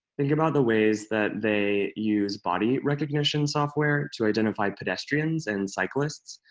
think about the ways that they use body recognition software to identify pedestrians and cyclists,